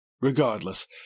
Regardless